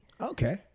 Okay